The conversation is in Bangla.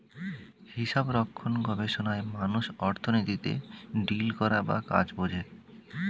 হিসাবরক্ষণ গবেষণায় মানুষ অর্থনীতিতে ডিল করা বা কাজ বোঝে